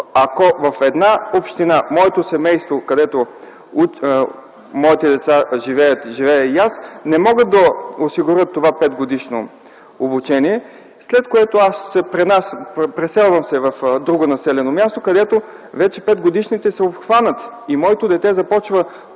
ако в една община моето семейство, където живеят моите деца, живея аз, не мога да осигуря това петгодишно обучение, след което аз се преселвам в друго населено място, където петгодишните вече са обхванати и моето дете започва